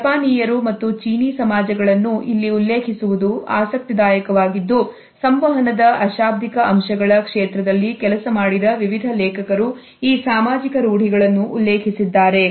ಜಪಾನಿಯರು ಮತ್ತು ಚೀನಿ ಸಮಾಜಗಳನ್ನು ಇಲ್ಲಿ ಉಲ್ಲೇಖಿಸುವುದು ಆಸಕ್ತಿದಾಯಕವಾಗಿದ್ದು ಸಂವಹನದ ಅಶಾಬ್ದಿಕ ಅಂಶಗಳ ಕ್ಷೇತ್ರದಲ್ಲಿ ಕೆಲಸ ಮಾಡಿದ ವಿವಿಧ ಲೇಖಕರು ಈ ಸಾಮಾಜಿಕ ರೂಢಿಗಳನ್ನು ಉಲ್ಲೇಖಿಸಿದ್ದಾರೆ